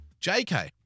JK